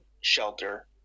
shelter